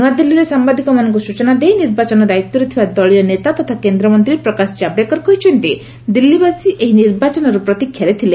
ନୂଆଦିଲ୍ଲୀରେ ସାମ୍ଭାଦିକମାନଙ୍କୁ ସୂଚନା ଦେଇ ନିର୍ବାଚନ ଦାୟିତ୍ୱରେ ଥିବା ଦଳୀୟ ନେତା ତଥା କେନ୍ଦ୍ରମନ୍ତ୍ରୀ ପ୍ରକାଶ କାଭଡେକର କହିଛନ୍ତି ଦିଲ୍ଲୀବାସୀ ଏହି ନିର୍ବାଚନରେ ପ୍ରତୀକ୍ଷାରେ ଥିଲେ